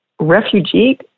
refugee